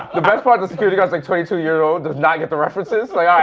the best part, the security guy, who's like twenty two years old, does not get the references. like